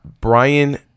Brian